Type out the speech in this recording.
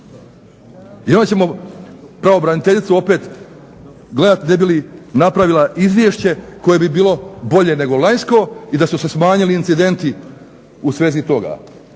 I onda ćemo pravobraniteljicu opet gledati ne bi li napravila izvješće koje bi bilo bolje nego lanjsko i da su se smanjili incidenti u svezi toga,